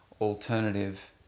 alternative